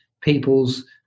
people's